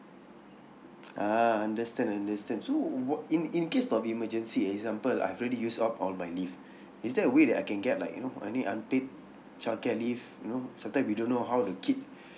a'ah understand understand so what in in case of emergency example I've already used up all my leave is there a way that I can get like you know any unpaid childcare leave you know sometime we don't know how the kid